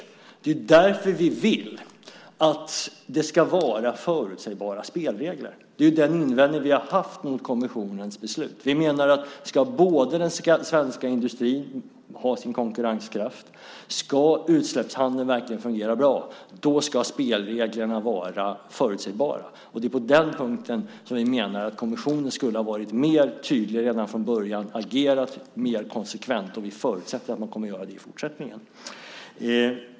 Det är därför vi vill att det ska vara förutsägbara spelregler. Detta är den invändning vi har haft mot kommissionens beslut. Om den svenska industrin ska ha sin konkurrenskraft och om utsläppshandeln verkligen ska fungera bra så ska spelreglerna vara förutsägbara. Det är på den punkten vi menar att kommissionen skulle ha varit mer tydlig redan från början och agerat mer konsekvent. Vi förutsätter att den kommer att göra det i fortsättningen.